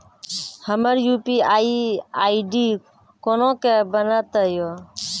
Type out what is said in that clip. हमर UPI ID कोना के बनत यो?